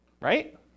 Right